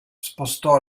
spostò